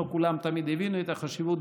ולא כולם תמיד הבינו את החשיבות.